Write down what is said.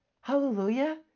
Hallelujah